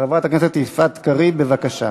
חברת הכנסת יפעת קריב, בבקשה.